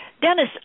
Dennis